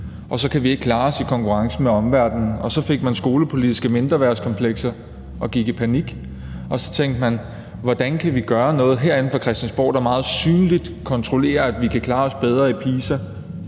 og så kan vi ikke klare os i konkurrencen med omverdenen. Så fik man skolepolitiske mindreværdskomplekser og gik i panik. Så tænkte man: Hvordan kan vi gøre noget herinde fra Christiansborg, der meget synligt kontrollerer, at vi kan klare os bedre i